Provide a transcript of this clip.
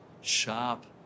sharp